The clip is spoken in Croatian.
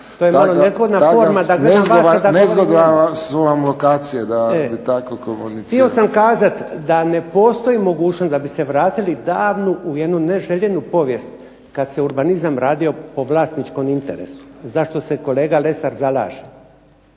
to je malo nezgodna forma da gledam vas i da govorim njemu. Htio sam kazati da ne postoji mogućnost da bi se vratili davno u jednu neželjenu povijest kad se urbanizam radio po vlasničkom interesu za što se kolega Lesar zalaže.